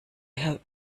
herr